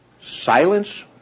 Silence